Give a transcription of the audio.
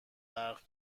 غرق